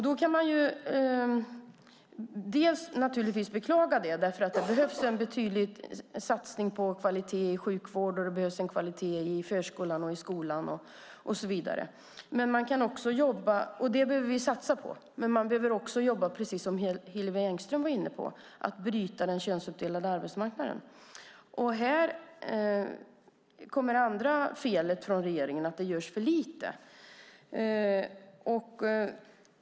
Det kan man beklaga eftersom det behövs en satsning på kvalitet i sjukvård, förskola och skola. Det behöver vi satsa på. Precis som Hillevi Engström var inne på behöver man också jobba för att bryta den könsuppdelade arbetsmarknaden. Här har vi det andra felet: Regeringen gör för lite.